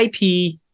IP